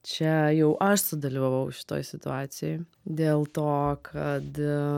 čia jau aš sudalyvavau šitoj situacijoj dėl to kad